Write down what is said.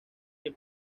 que